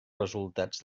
resultats